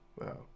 wow